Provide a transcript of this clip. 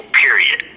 period